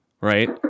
right